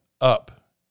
up